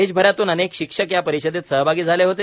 देशभरातून अनेक शिक्षक या परिषदेत सहभागी झाले होते